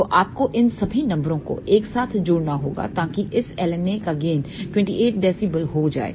तो आपको इन सभी नंबरों को एक साथ जोड़ना होगा ताकि इस LNA का गेन 28 dB हो जाए